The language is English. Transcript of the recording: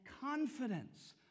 confidence